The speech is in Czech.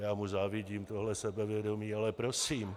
Já mu závidím tohle sebevědomí, ale prosím.